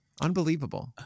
unbelievable